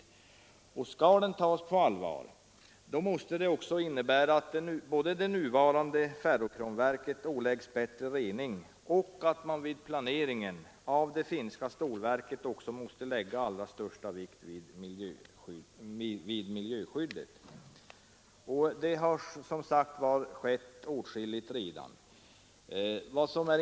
Skall den konventionen tas på allvar måste det också innebära både att det befintliga ferrokromverket åläggs bättre rening och att man vid planeringen av det finska stålverket skall lägga allra största vikt vid miljöskyddet. Det har, som sagt, hänt åtskilligt redan.